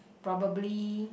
probably